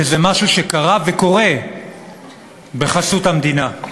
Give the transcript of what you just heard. שזה משהו שקרה וקורה בחסות המדינה.